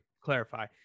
clarify